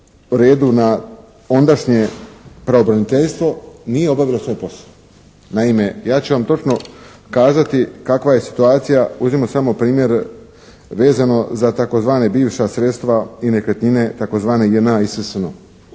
redu na ondašnje pravobraniteljstvo, nije obavilo svoj posao. Naime, ja ću vam točno kazati kakva je situacija, uzmimo samo primjer vezano za tzv. bivša sredstva i nekretnine tzv. JNA i SSNO.